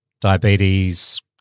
diabetes